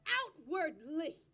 outwardly